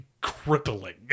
crippling